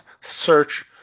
search